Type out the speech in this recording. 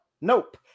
nope